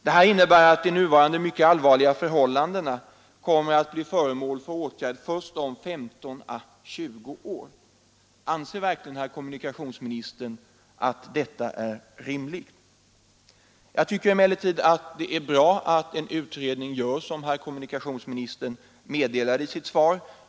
Detta innebär att de nuvarande mycket allvarliga förhållandena kommer att bli föremål för åtgärder först om 15 å 20 år. Anser verkligen herr kommunikationsministern att detta är rimligt? Jag tycker emellertid att det är bra att en utredning görs, som herr kommunikationsministern meddelade i sitt svar.